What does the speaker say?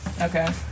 Okay